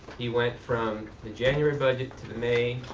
he went from the january budget to the may,